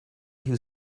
who